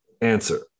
answer